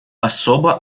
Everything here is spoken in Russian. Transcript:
особо